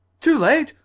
too late?